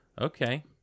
Okay